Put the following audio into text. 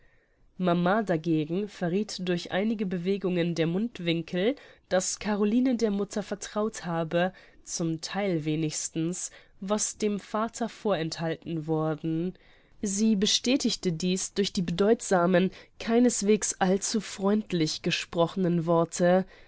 mama dagegen verrieth durch einige bewegungen der mundwinkel daß caroline der mutter vertraut habe zum theil wenigstens was dem vater vorenthalten worden sie bestätigte dieß durch die bedeutsamen keinesweges allzufreundlich gesprochenen worte